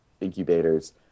incubators